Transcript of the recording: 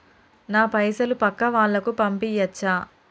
నా పైసలు పక్కా వాళ్ళకు పంపియాచ్చా?